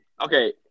Okay